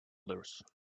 others